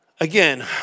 again